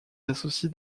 associe